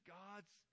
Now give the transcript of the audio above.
god's